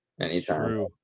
anytime